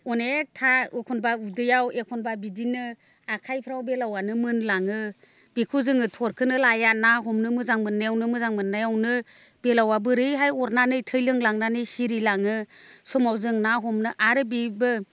अनेखथा एखनब्ला उदैयाव एखनब्ला बिदिनो आखाइफ्राव बेलावानो मोनलाङो बेखौ जोङो थरखोनो लाया ना हमनो मोजां मोननायावनो मोजां मोननायावनो बेलावा बोरैहाय अरनानै थै लोंलांनानै सिरिलाङो समाव जों ना हमनो आरो बेबो